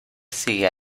sigue